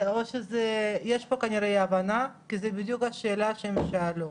יש פה כנראה אי הבנה, כי זו בדיוק השאלה שהם שאלו.